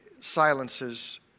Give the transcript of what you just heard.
silences